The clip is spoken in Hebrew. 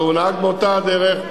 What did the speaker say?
הוא נהג באותה דרך.